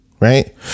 Right